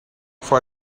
for